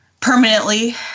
permanently